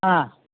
हा